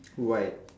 white